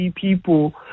people